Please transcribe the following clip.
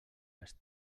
les